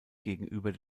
gegenüber